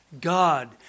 God